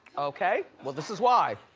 okay, well, this is why.